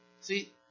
See